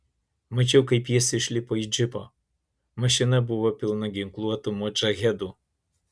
mačiau kaip jis išlipo iš džipo mašina buvo pilna ginkluotų modžahedų